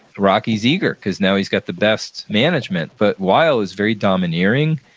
rocky's eager because now he's got the best management, but weill is very domineering.